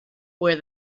where